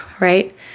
right